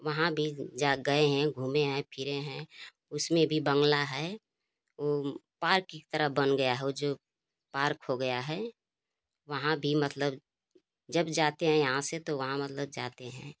वहाँ भी जा गये है घूमे हैं फिरे हैं उसमें भी बंगला है पार्क की तरह बन गया है उ जो पार्क हो गया है वहाँ भी मतलब जब जाते हैं यहाँ से तो वहाँ मतलब जाते हैं